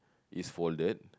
is folded